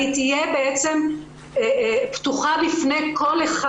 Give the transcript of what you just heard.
היא תהיה פתוחה בפני כל אחד.